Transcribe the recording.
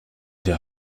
der